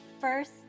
first